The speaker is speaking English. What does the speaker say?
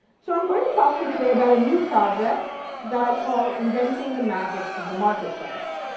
so i'm going to talk to you today about a new project that i call inventing the magic of the marketplace.